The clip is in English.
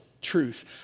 truth